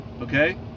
Okay